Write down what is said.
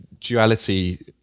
duality